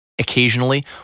Occasionally